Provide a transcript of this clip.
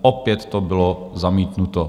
Opět to bylo zamítnuto.